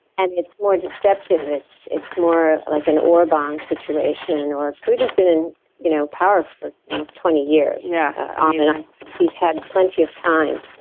and it's more deceptive. it's it's more like an or bond situation or putin has been in you know power for almost twenty years. yeah um like he's had plenty of time.